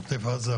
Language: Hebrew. בעוטף עזה,